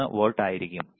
63 volt ആയിരിക്കും